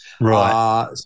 Right